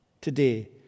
today